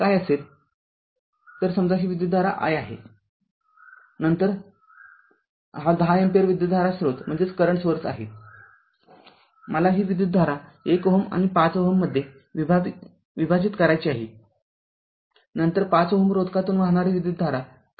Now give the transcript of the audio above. तरसमजा ही विद्युधारा i आहे नंतर हा १० अँपिअर विद्युतधारा स्रोत आहेमला ही विद्युतधारा १ Ω आणि ५ Ω मध्ये विभाजित करायची आहे नंतर ५ Ω रोधकातून वाहणारी विद्युतधारा काय आहे